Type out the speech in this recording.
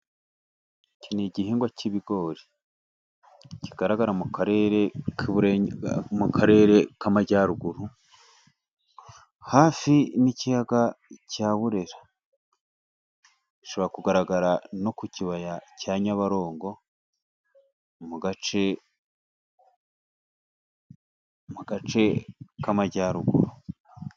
Iki n'igihingwa cy'ibigori kigaragara mu karere k'Amajyaruguru hafi n'ikiyaga cya Burera, bishobora kugaragara no ku kibaya cya nyabarongo mu gace k'Amajyaruguru.